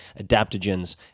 adaptogens